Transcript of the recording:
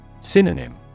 Synonym